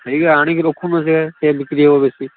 ସେଇଗା ଆଣିକି ରଖୁନ ସେ ଟିକିଏ ବିକ୍ରି ହବ ବେଶୀ